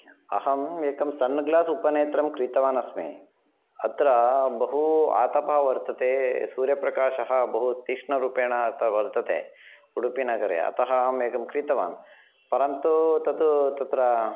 अहम् एकं sunglass उपनेत्रं क्रीतवानस्मि अत्र बहु आतपः वर्तते सूर्यप्रकाशः बहु तीक्ष्णरूपेण अत्र वर्तते उडुपि नगरे अतः अहम् एकं क्रीतवान् परन्तु तद् तत्र